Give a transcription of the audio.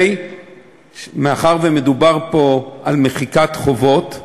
מאחר שמדובר פה על מחיקת חובות,